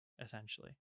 essentially